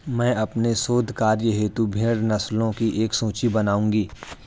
मैं अपने शोध कार्य हेतु भेड़ नस्लों की एक सूची बनाऊंगी